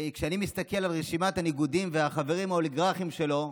שכשאני מסתכל על רשימת הנגידים והחברים האוליגרכים שלו,